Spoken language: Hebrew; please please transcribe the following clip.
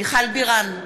מיכל בירן,